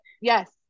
Yes